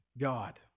God